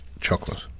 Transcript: chocolate